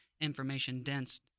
information-dense